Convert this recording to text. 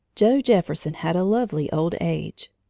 joe jefferson had a lovely old age.